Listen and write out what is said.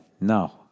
No